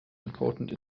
important